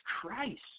Christ